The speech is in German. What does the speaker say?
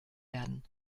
werden